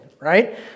right